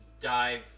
dive